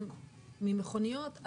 ממכוניות,